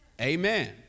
Amen